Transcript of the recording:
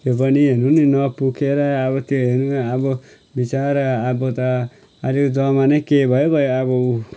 त्यो पनि हेर्नु नि नपुगेर अब त्यो हेर्नु न अबबिचारा अब त अहिलेको जमानै के भयो भयो अब उ